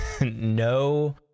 no